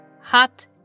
hot